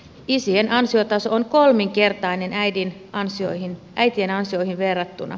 isien ansiotaso on kolminkertainen äitien ansioihin verrattuna